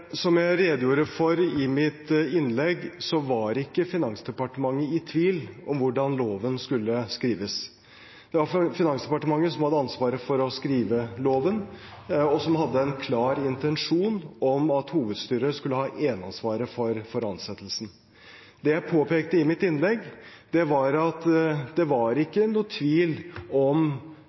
Som jeg redegjorde for i mitt innlegg, så var ikke Finansdepartementet i tvil om hvordan loven skulle skrives. Det var Finansdepartementet som hadde ansvaret for å skrive loven, og som hadde en klar intensjon om at hovedstyret skulle ha eneansvaret for ansettelsen. Det jeg påpekte i mitt innlegg, var at det ikke var noen tvil om